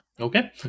Okay